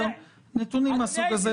נתונים מהסוג הזה,